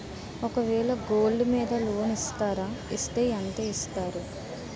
ఒక వేల గోల్డ్ మీద లోన్ ఇస్తారా? ఇస్తే ఎంత ఇస్తారు?